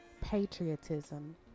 patriotism